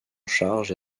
charge